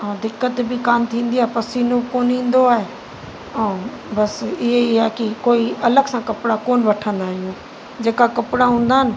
ऐं दिक़त बि कान थींदी आहे पसीनो बि कोन ईंदो आहे ऐं बसि इहे ई आहे की कोई अलॻि सां कपिड़ा कोन वठंदा आहियूं जेका कपिड़ा हूंदा आहिनि